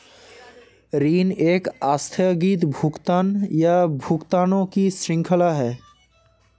ऋण एक आस्थगित भुगतान, या भुगतानों की श्रृंखला है